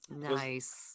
nice